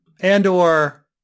Andor